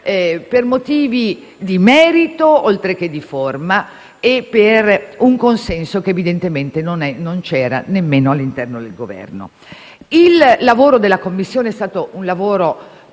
per motivi di merito oltre che di forma e per un consenso che, evidentemente, non c'era nemmeno all'interno del Governo. Il lavoro della Commissione è stato preciso,